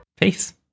Peace